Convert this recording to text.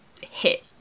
hit